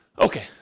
Okay